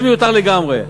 זה מיותר לגמרי.